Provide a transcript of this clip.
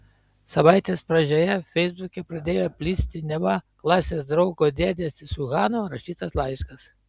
savaitės pradžioje feisbuke pradėjo plisti neva klasės draugo dėdės iš uhano rašytas laiškas